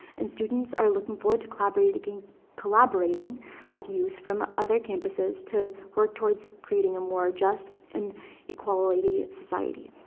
and students are looking forward to collaborating collaborating with youth from other campuses to work towards creating a more just and equality society.